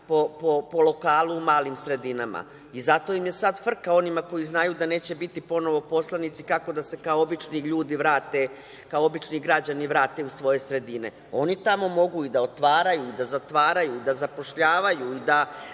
po lokalu u malim sredinama i zato im je sad frka, onima koji znaju da neće biti ponovo poslanici, kako da se kao obični ljudi vrate, kao obični građani vrate u svoje sredine. Oni tamo mogu i da otvaraju, i da zatvaraju, da zapošljavaju, da